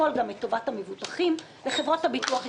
התפקוד היו ספקים מטעם חברות הביטוח,